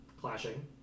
clashing